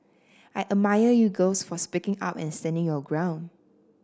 I admire you girls for speaking up and standing your ground